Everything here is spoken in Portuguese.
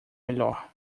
melhor